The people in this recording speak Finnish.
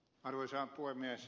arvoisa puhemies